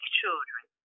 children